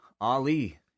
Ali